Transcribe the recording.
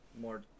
more